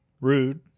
Rude